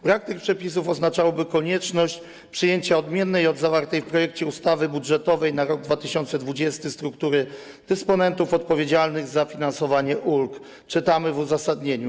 Brak tych przepisów oznaczałby konieczność przyjęcia odmiennej od zawartej w projekcie ustawy budżetowej na rok 2020 struktury dysponentów odpowiedzialnych za finansowanie ulg - czytamy w uzasadnieniu.